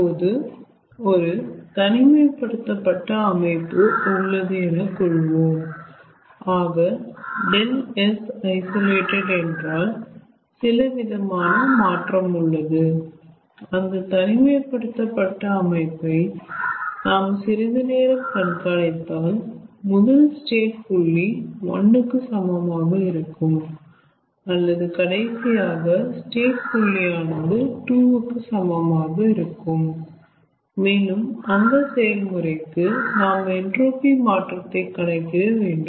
இப்போது ஒரு தனிமைப்படுத்தப்பட்ட அமைப்பு உள்ளது என கொள்வோம் ஆக ∆Sisolated என்றால் சிலவித மாற்றம் உள்ளது அந்த தனிமைப்படுத்தப்பட்ட அமைப்பை நாம் சிறிது நேரம் கண்காணித்தால் முதலில் ஸ்டேட் புள்ளி 1 கு சமமாக இருக்கும் அல்லது கடைசியாக ஸ்டேட் புள்ளியானது 2 கு சமமாக இருக்கும் மேலும் அந்த செயல்முறைக்கு நாம் என்ட்ரோபி மாற்றத்தை கணக்கிட வேண்டும்